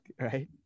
Right